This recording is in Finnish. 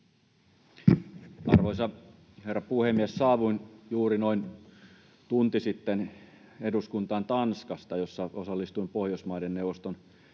Arvoisa herra puhemies! Saavuin juuri noin tunti sitten eduskuntaan Tanskasta, missä osallistuin Pohjoismaiden neuvoston